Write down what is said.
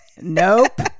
Nope